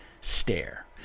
stare